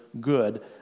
good